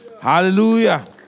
Hallelujah